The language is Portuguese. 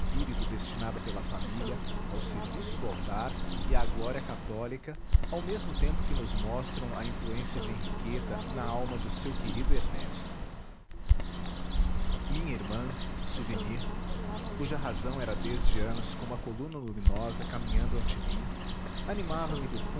espírito destinado pela família ao serviço do altar e à glória católica ao mesmo tempo que nos mostram a influência de henriqueta na alma do seu querido ernesto minha irmã souvenirs cuja razão era desde anos como a coluna luminosa caminhando ante mim animava me do